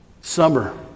summer